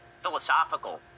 philosophical